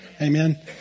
Amen